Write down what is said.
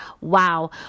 Wow